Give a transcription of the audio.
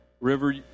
river